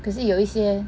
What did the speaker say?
可是有一些